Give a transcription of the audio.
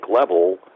level